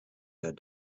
that